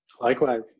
likewise